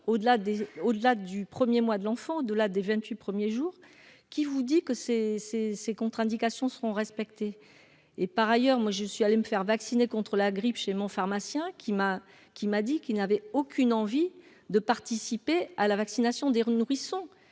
au-delà du premier mois de l'enfant de la des 28 premiers jours qui vous dit que ces ces ses contre-indications seront respectés et par ailleurs, moi, je suis allée me faire vacciner contre la grippe chez mon pharmacien qui m'a qui m'a dit qu'il n'avait aucune envie de participer à la vaccination des nourrissons